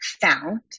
found